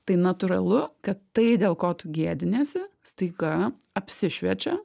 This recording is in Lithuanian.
tai natūralu kad tai dėl ko tu gėdiniesi staiga apsišviečia